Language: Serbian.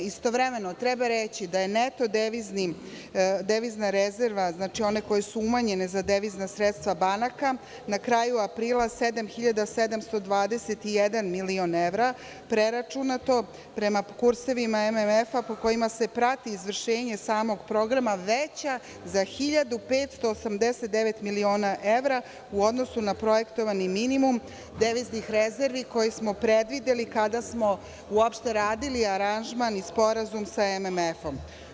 Istovremeno, treba reći da je neto devizna rezerva, znači one koje su umanjene za devizna sredstva banaka, na kraju aprila 7.721 milion evra, preračunato prema kursevima MMF-a, po kojima se prati izvršenje samog programa, veća za 1.589 miliona evra u odnosu na projektovani minimum deviznih rezervi koje smo predvideli kada smo, uopšte, radili aranžman i sporazum sa MMF-om.